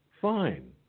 fine